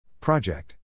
Project